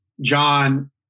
John